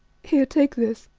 here take this,